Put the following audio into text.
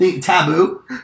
taboo